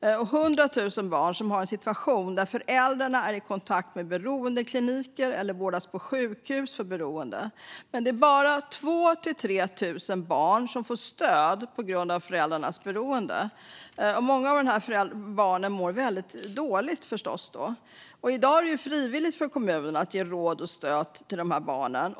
och 100 000 barn har en situation där föräldrarna är i kontakt med beroendekliniker eller vårdas på sjukhus för beroende. Det är dock bara 2 000-3 000 barn som får stöd på grund av föräldrarnas beroende. Många av dessa barn mår förstås väldigt dåligt. I dag är det frivilligt för kommunerna att ge råd och stöd till dessa barn.